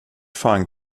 fan